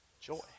joy